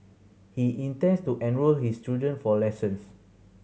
he intends to enrol his children for lessons